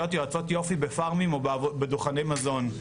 יועצות יופי בפארמים או בדוכני מזון.